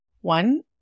One